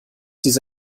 diese